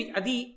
adi